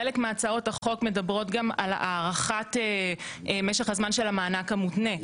חלק מהצעות החוק מדברות גם על הארכת משך הזמן של המענק המותנה,